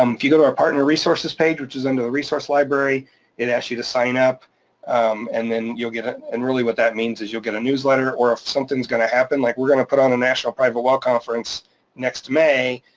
um if you go to our partner resources page, which is under the resource library it asks you to sign up and then you'll get. and really what that means is you'll get a newsletter or if something's gonna happen, like we're gonna put on a national private well conference next may.